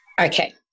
Okay